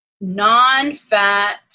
non-fat